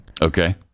Okay